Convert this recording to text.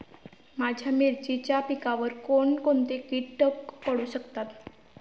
माझ्या मिरचीच्या पिकावर कोण कोणते कीटक पडू शकतात?